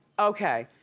okay,